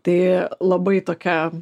tai labai tokia